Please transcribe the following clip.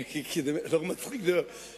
למה זה כל כך מצחיק אותך?